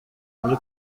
muri